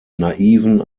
naiven